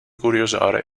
curiosare